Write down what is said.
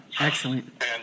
Excellent